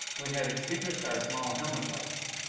we had extinguished our small helmet lights.